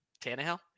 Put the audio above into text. Tannehill